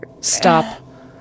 Stop